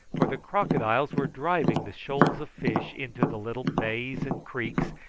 for the crocodiles were driving the shoals of fish into the little bays and creeks,